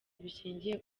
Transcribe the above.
bushingiye